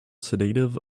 sedative